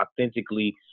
authentically